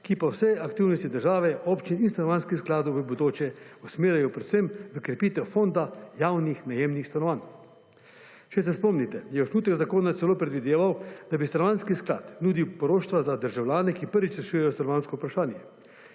ki pa vse aktivnosti države, občin in stanovanjskih skladov v bodoče usmerjajo predvsem v krepitev fonda javnih najemnih stanovanj. Če se spomnite, je osnutek zakona celo predvideval, da bi Stanovanjski sklad nudil poroštva za državljane, ki prvič rešujejo stanovanjsko vprašanje,